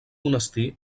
monestir